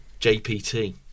JPT